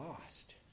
lost